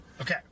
Okay